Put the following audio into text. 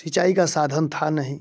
सिंचाई का साधन था नहीं